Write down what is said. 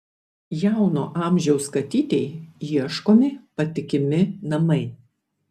jauno amžiaus katytei ieškomi patikimi namai